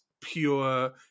pure